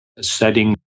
setting